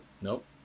Nope